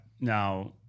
now